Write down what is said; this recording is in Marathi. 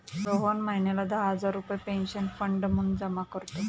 रोहन महिन्याला दहा हजार रुपये पेन्शन फंड म्हणून जमा करतो